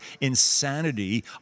insanity